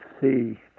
see